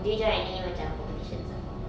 did you join any macam competitions apa apa